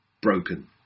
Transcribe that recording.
broken